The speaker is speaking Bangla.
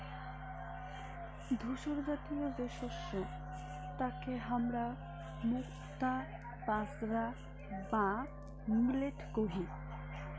ধূসরজাতীয় যে শস্য তাকে হামরা মুক্তা বাজরা বা মিলেট কহি